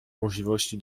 możliwości